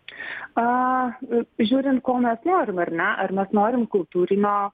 aaa žiūrint ko mes norim ar ne ar mes norim kultūrinio